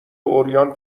عریان